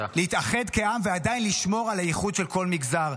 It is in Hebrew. להתאחד כעם ועדיין לשמור על האיחוד של כל מגזר.